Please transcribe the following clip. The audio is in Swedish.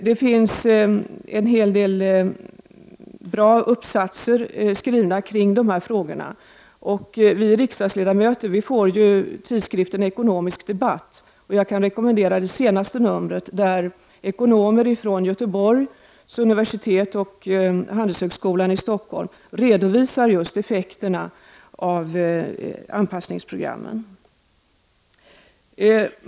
Det har skrivits en hel del bra uppsatser kring de här frågorna. Vi riksdagsledamöter får tidskriften Ekonomisk Debatt. Jag kan rekommendera det senaste numret, där ekonomer från Göteborgs universitet och från Handelshögskolan i Stockholm redovisar just effekterna av anpassningsprogrammen.